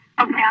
Okay